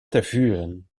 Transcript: tervuren